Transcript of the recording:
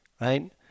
Right